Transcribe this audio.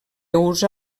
usa